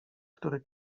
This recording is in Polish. który